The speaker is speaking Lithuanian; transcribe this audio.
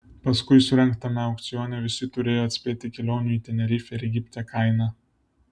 paskui surengtame aukcione visi turėjo atspėti kelionių į tenerifę ir egiptą kainą